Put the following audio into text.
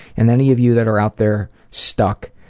and any of you that are out there stuck,